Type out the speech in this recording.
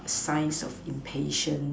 signs of impatience